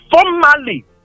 formally